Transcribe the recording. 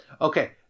Okay